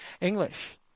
English